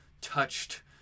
touched